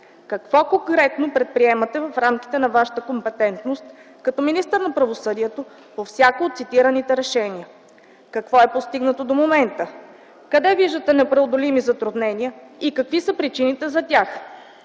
какво конкретно предприемате в рамките на Вашата компетентност като министър на правосъдието по всяко от цитираните решения? Какво е постигнато до момента? Къде виждате непреодолими затруднения и какви са причините за тях?